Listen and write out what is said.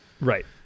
right